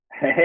Hey